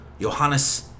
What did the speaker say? Johannes